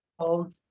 called